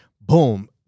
Boom